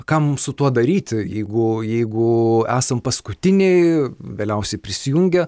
ką mum su tuo daryti jeigu jeigu esam paskutiniai vėliausiai prisijungę